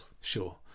Sure